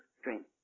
strength